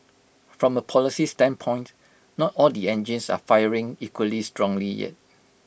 from A policy standpoint not all the engines are firing equally strongly yet